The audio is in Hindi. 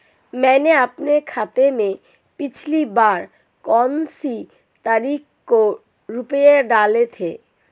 मैंने अपने खाते में पिछली बार कौनसी तारीख को रुपये डाले थे?